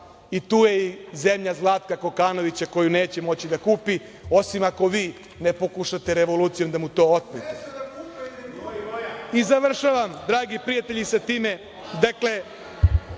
i tu je i zemlja Zlatka Kokanovića, koju neće moći da kupi, osim ako vi ne pokušate revolucijom da mu to otmete. Završavam, dragi prijatelji, sa time.